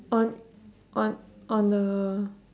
on on on the